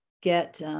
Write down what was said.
get